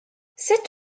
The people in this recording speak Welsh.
sut